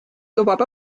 lubab